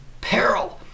peril